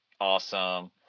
awesome